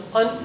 on